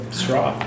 straw